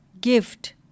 Gift